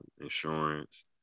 insurance